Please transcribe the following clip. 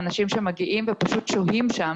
אנשים שמגיעים ושוהים שם,